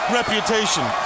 reputation